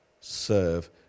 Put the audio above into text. serve